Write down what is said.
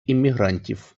іммігрантів